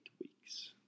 weeks